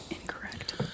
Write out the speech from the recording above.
Incorrect